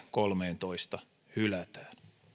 kolmeentoista hylätään